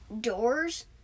doors